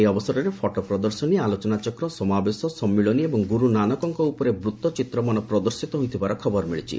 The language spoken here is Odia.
ଏହି ଅବସରରେ ଫଟୋ ପ୍ରଦର୍ଶନୀ ଆଲୋଚନାଚକ୍ର ସମାବେଶ ସମ୍ମିଳନୀ ଏବଂ ଗୁରୁ ନାନକଙ୍କ ଉପରେ ବୃତ୍ତଚିତ୍ରମାନ ପ୍ରଦର୍ଶିତ ହୋଇଥିବାର ଖବର ମିଳିଛି